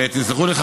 תסלחו לי,